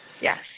yes